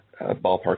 ballpark